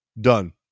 Done